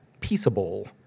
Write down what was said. peaceable